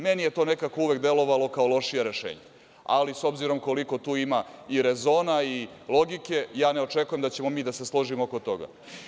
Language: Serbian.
Meni je to nekako uvek delovalo kao lošije rešenje, ali s obzirom koliko tu ima i rezona i logike, ja ne očekujem da ćemo mi da se složimo oko toga.